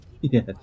Yes